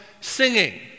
singing